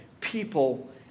people